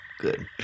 Good